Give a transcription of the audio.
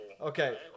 Okay